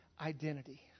identity